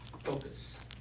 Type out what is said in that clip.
focus